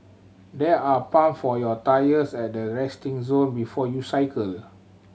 there are pump for your tyres at the resting zone before you cycle